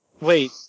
Wait